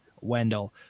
Wendell